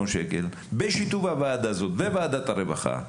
שקל בשיתוף הוועדה הזאת וועדת הרווחה,